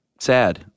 sad